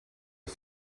hij